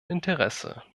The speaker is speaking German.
interesse